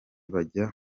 bajya